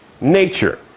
nature